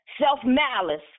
self-malice